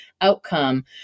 outcome